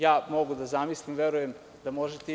Ja mogu da zamislim, a verujem da možete i vi.